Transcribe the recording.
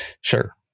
Sure